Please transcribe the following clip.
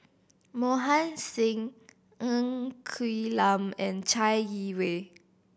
Mohan Singh Ng Quee Lam and Chai Yee Wei